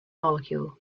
molecule